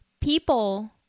people